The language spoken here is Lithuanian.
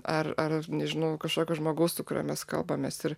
ar ar ar nežinau kažkokio žmogaus su kuriuo mes kalbamės ir